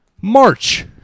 March